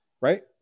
right